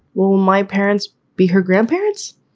will my parents be her grandparents?